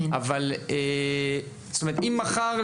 אם מחר,